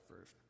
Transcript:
first